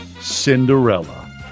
Cinderella